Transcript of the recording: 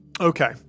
Okay